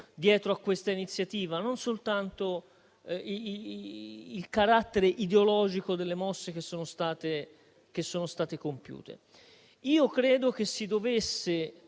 dietro a questa iniziativa e, non soltanto il carattere ideologico delle mosse che sono state compiute. Io credo che si dovesse